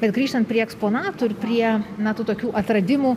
bet grįžtant prie eksponatų ir prie na tų tokių atradimų